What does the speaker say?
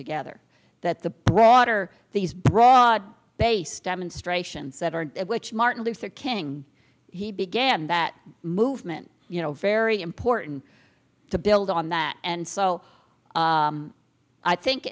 together that the broader these broad based demonstrations that are which martin luther king he began that movement you know very important to build on that and so i think